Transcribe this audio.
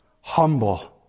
humble